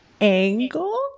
Angle